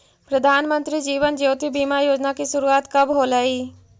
प्रधानमंत्री जीवन ज्योति बीमा योजना की शुरुआत कब होलई